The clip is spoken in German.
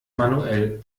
manuell